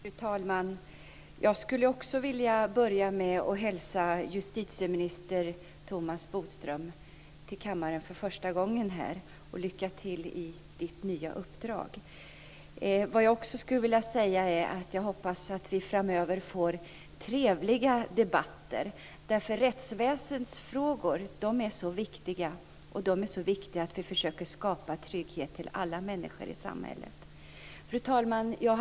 Fru talman! Jag skulle också vilja börja med att hälsa justitieminister Thomas Bodström välkommen till kammaren för första gången och önska honom lycka till i sitt nya uppdrag. Jag skulle också vilja säga att jag hoppas att vi framöver får trevliga debatter. Rättsväsendets frågor är så viktiga, och vi måste försöka skapa trygghet för alla människor i samhället. Fru talman!